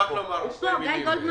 ראשון,